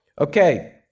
okay